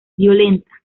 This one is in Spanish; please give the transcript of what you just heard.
violenta